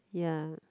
ya